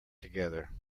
together